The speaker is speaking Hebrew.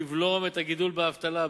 תבלום את הגידול באבטלה,